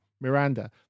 Miranda